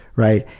right?